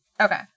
Okay